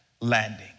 landing